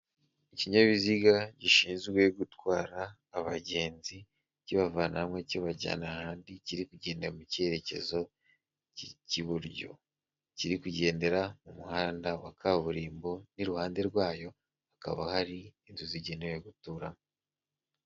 Ikinyabiziga gishinzwe gutwara abagenzi kibavanamo kibajyana ahandi, kiri kugenda mu cyerekezo ' cy'iburyo kiri kugendera mu muhanda wa kaburimbo, iruhande rwayo hakaba hari inzu zigenewe gutura.